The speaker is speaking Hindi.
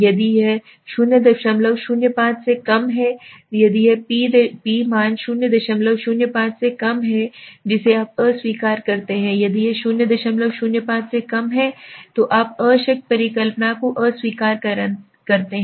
यदि यह 005 से कम है यदि P मान 005 से कम है जिसे आप अस्वीकार करते हैं यदि यह 005 से कम है तो आप अशक्त परिकल्पना को अस्वीकार करते हैं